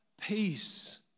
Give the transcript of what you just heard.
Peace